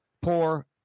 poor